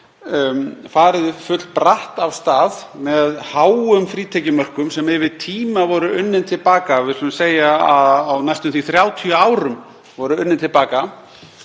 farið fullbratt af stað með háum frítekjumörkum sem yfir tíma voru unnin til baka. Við skulum segja að það hafi á næstum því 30 árum verið unnið til baka.